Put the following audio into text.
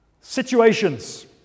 situations